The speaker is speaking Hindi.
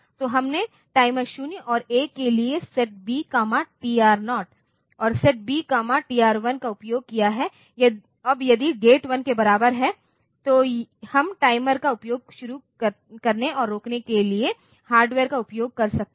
तो हमने टाइमर 0 और 1 के लिए set B TR 0Set BTR0 और set B TR 1Set BTR1 का उपयोग किया है अब यदि गेट 1 के बराबर है तो हम टाइमर का उपयोग शुरू करने और रोकने के लिए हार्डवेयर का उपयोग कर सकते हैं